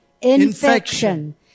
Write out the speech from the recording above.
infection